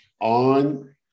on